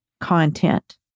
content